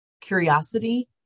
curiosity